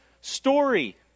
story